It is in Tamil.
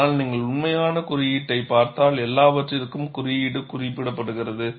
ஆனால் நீங்கள் உண்மையிலேயே குறியீட்டைப் பார்த்தால் எல்லாவற்றிற்கும் குறியீடு குறிப்பிடுகிறது